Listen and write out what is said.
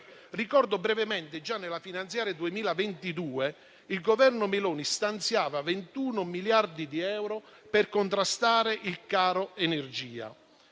Ricordo brevemente che già nella manovra finanziaria 2022 il Governo Meloni stanziava 21 miliardi di euro per contrastare il caro energia.